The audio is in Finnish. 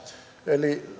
eli